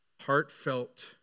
heartfelt